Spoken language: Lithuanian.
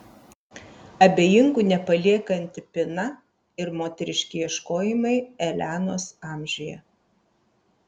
abejingų nepaliekanti pina ir moteriški ieškojimai elenos amžiuje